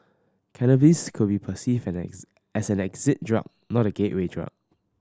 cannabis could be perceived as an exit drug not a gateway drug